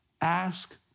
ask